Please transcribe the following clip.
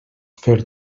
fer